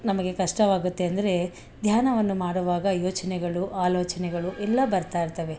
ನಮಗೆ ಕಷ್ಟವಾಗುತ್ತೆ ಅಂದರೆ ಧ್ಯಾನವನ್ನು ಮಾಡುವಾಗ ಯೋಚನೆಗಳು ಆಲೋಚನೆಗಳು ಎಲ್ಲ ಬರ್ತಾಯಿರ್ತವೆ